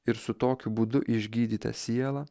ir su tokiu būdu išgydyta siela